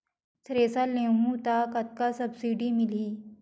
Thresher लेहूं त कतका सब्सिडी मिलही?